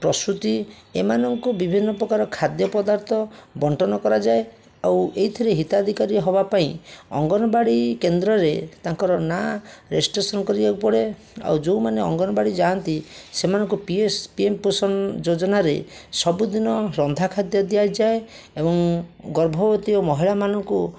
ପ୍ରସୂତୀ ଏମାନଙ୍କୁ ବିଭିନ୍ନ ପ୍ରକାର ଖାଦ୍ୟ ପଦାର୍ଥ ବଣ୍ଟନ କରାଯାଏ ଆଉ ଏହିଥିରେ ହିତାଧିକାରୀ ହେବା ପାଇଁ ଅଙ୍ଗନବାଡ଼ି କେନ୍ଦ୍ରରେ ତାଙ୍କର ନାଁ ରେଜିଷ୍ଟ୍ରେସନ କରିବାକୁ ପଡ଼େ ଆଉ ଯେଉଁମାନେ ଅଙ୍ଗନବାଡ଼ି ଯାଆନ୍ତି ସେମାନଙ୍କୁ ପିଏସେ ପି ଏମ୍ ପୋଷଣ ଯୋଜନାରେ ସବୁଦିନ ରନ୍ଧା ଖାଦ୍ୟ ଦିଆଯାଏ ଏବଂ ଗର୍ଭବତୀ ଓ ମହିଳାମାନଙ୍କୁ